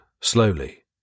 slowly